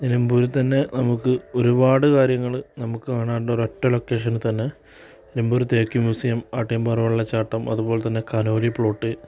നിലമ്പൂരിൽത്തന്നെ നമുക്ക് ഒരുപാട് കാര്യങ്ങൾ നമുക്ക് കാണാനുണ്ട് ഒരൊറ്റ ലോക്കേഷനിൽത്തന്നെ നിലമ്പൂർ തേക്ക് മ്യൂസിയം പാട്ടയംമ്പാറ വെള്ളച്ചാട്ടം അതുപോലെതന്നെ കനോലി പ്ലോട്ട്